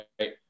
right